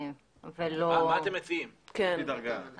ולא --- מה אתם מציעים חוץ מדרגה?